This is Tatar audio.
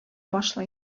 башлый